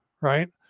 right